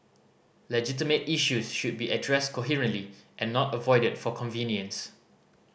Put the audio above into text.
legitimate issues should be addressed coherently and not avoided for convenience